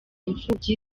imfubyi